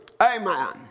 Amen